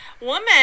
woman